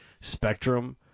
Spectrum